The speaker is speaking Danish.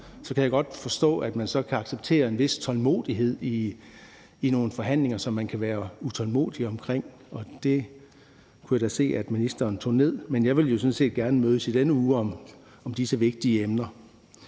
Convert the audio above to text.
Så kan jeg godt forstå, at man kan acceptere en vis tålmodighed i nogle forhandlinger, som man kan være utålmodig omkring. Det kunne jeg da se ministeren tog ned. Men jeg vil jo sådan set gerne mødes i denne uge om disse vigtige emner.